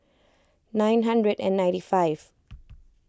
nine hundred and ninety five